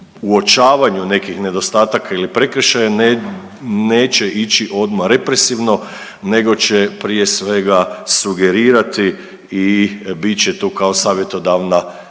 uočavanju nekih nedostataka ili prekršaja neće ići odma represivno nego će prije svega sugerirati i bit će tu kao savjetodavna